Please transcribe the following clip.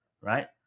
right